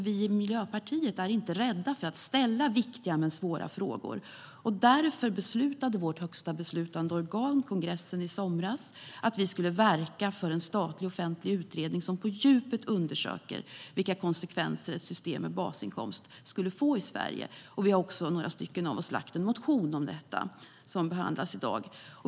Vi i Miljöpartiet är inte rädda för att ställa viktiga men svåra frågor. Därför beslutade vårt högsta beslutande organ, kongressen, i somras att vi skulle verka för en statlig offentlig utredning som på djupet undersöker vilka konsekvenser ett system med basinkomst skulle få i Sverige. Några av oss har också väckt en motion om detta, som behandlas i dag.